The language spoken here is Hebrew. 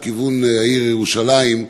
לכיוון העיר ירושלים,